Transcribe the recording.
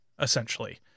essentially